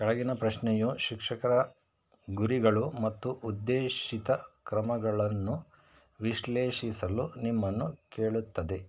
ಕೆಳಗಿನ ಪ್ರಶ್ನೆಯು ಶಿಕ್ಷಕರ ಗುರಿಗಳು ಮತ್ತು ಉದ್ದೇಶಿತ ಕ್ರಮಗಳನ್ನು ವಿಶ್ಲೇಷಿಸಲು ನಿಮ್ಮನ್ನು ಕೇಳುತ್ತದೆ